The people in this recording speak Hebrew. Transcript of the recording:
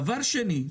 דבר שני,